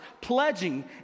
pledging